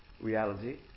reality